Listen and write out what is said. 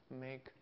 make